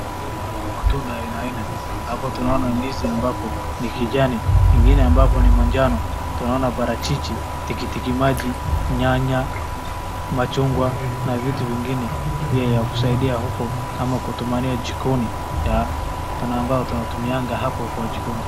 Mboga ama matunda ya aina aina. Hapo tunaona ndizi ambapo ni kijani, ingine ambapo ni manjano. Tunaona parachichi, tikitiki maji, nyanya, machungwa na vitu vingine pia ya kusaidia huku ama kutumania jikoni ya ambayo tunatumianga hapo kwa jikoni.